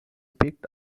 picked